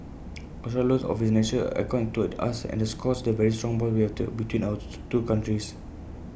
Australia's loan of its national icon to us underscores the very strong bonds we have to between our two countries